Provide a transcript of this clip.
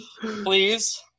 please